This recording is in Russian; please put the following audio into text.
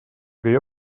при